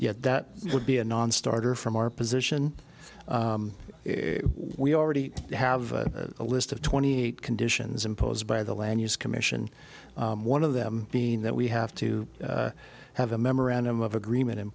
yet that would be a nonstarter from our position we already have a list of twenty eight conditions imposed by the land use commission one of them being that we have to have a memorandum of agreement in